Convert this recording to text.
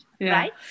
right